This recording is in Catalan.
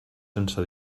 sense